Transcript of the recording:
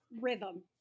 rhythm